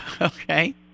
okay